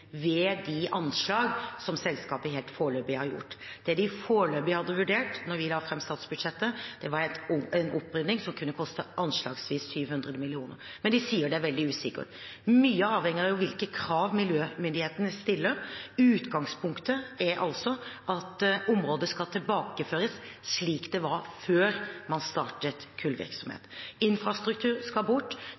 ved de anslag som selskapet helt foreløpig har gjort. Det de foreløpig hadde vurdert da vi la fram statsbudsjettet, var en opprydning som kunne koste anslagsvis 700 mill. kr. Men de sier det er veldig usikkert. Mye avhenger av hvilke krav miljømyndighetene stiller. Utgangspunktet er altså at området skal tilbakeføres slik det var før man startet kullvirksomhet. Infrastruktur skal bort,